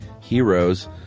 heroes